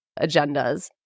agendas